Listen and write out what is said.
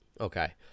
Okay